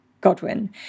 Godwin